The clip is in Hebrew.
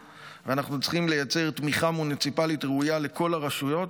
וצריכים לייצר תמיכה מוניציפלית ראויה לכל הרשויות,